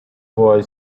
boy